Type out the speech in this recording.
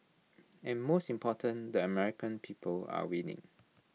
and most important the American people are winning